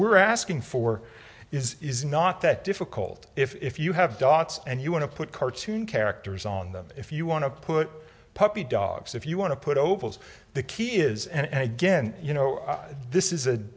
we're asking for is is not that difficult if you have dots and you want to put cartoon characters on them if you want to put puppy dogs if you want to put ovals the key is and again you know this is a